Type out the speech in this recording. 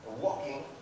walking